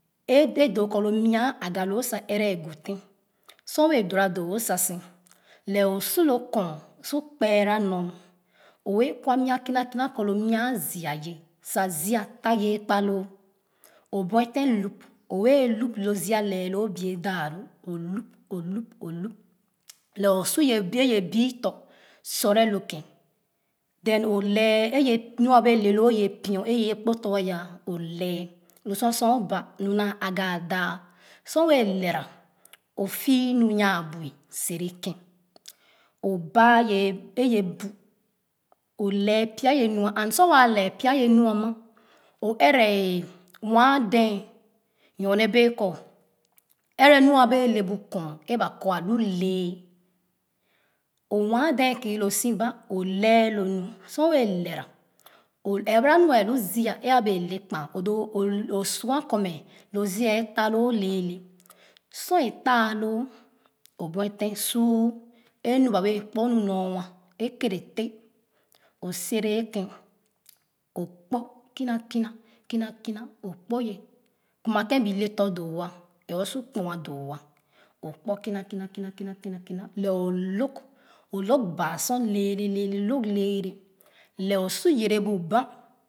E doo kɔ lo mua agaloo sa ɛrɛ aguten sor wɛɛ dora doo wo sa sen lɛh o su lo kɔɔn pkpera nor o wɛɛ kwa nwa kiha kina kina kɔ lo mia a zia ye sa ziia ta ye a peloo o buefen lup e-lup lo ziia lɛh loo e-bue daalu olup olup olup lɛh osu ye bui tɔ sore lo ken then o lɛh nu a wɛẹ leloo ye pio akpo tɔ o lɛh lor sor o ba naa aga dea sor wɛɛ le ɛ ra o tii nu nyan abuɛ sere ken o baa ye bu o leh pya ye nua a ma o ɛrɛ a nwa dee nyone bee kɔ ɛrɛ nu a bee lebu kɔɔn e-ba kɔ alol le̱ɛh o mua dee kii lo su ba o lɛh wnu sor wɛɛ lɛra o lɛra o ɛrɛ ba nu abee hi ziia e abee le kpa o doo o sua kɔmɛ hi ziia a ta loo lɛɛlẹ sor e taaloo o buefe su e nu ba wɛɛ kpo nu nor e kere teh o sere ye ken o kpo kina kina kina o kpo ye kuna ken bi le doo a ee o su kpo doo’a kuna kina kina kina o log baa sor lɛɛlɛ log lɛɛlɛ lɛh o su yere bu banh.